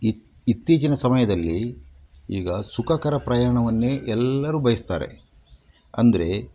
ಇತ್ ಇತ್ತೀಚಿನ ಸಮಯದಲ್ಲಿ ಈಗ ಸುಖಕರ ಪ್ರಯಾಣವನ್ನೇ ಎಲ್ಲರೂ ಬಯಸ್ತಾರೆ ಅಂದ್ರೆ